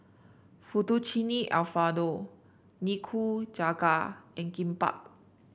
Fettuccine Alfredo Nikujaga and Kimbap